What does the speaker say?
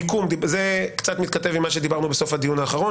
זה קצת מתכתב עם מה שדיברנו בסוף הדיון הקודם,